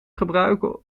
gebruiken